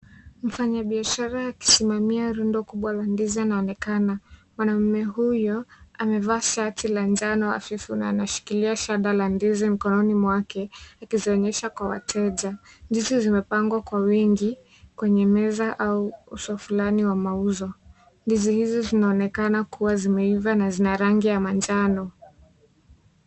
Mfanyebiashara akisimamia rundo kubwa la ndizi anaonekana. Mwanaume huyo amevaa shati la njano afifu na anashikilia shada la ndizi mkononi mwake aki kwa wateja. Ndizi zimepangwa kwa wingi kwenye meza au uso fulani wa mauzo, Ndizi hizi zinaonekana kuwa zime zimeiva na zina rangi ya manjano.